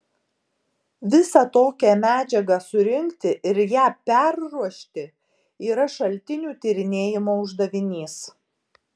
visą tokią medžiagą surinkti ir ją perruošti yra šaltinių tyrinėjimo uždavinys